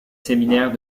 séminaires